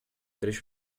três